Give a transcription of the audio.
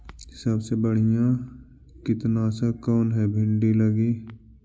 सबसे बढ़िया कित्नासक कौन है भिन्डी लगी?